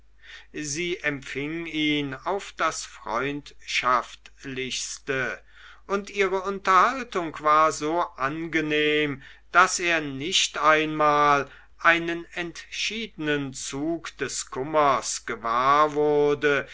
sie empfing ihn auf das freundschaftlichste und ihre unterhaltung war so angenehm daß er nicht einmal einen entschiedenen zug des kummers gewahr wurde